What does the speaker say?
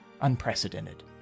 unprecedented